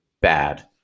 bad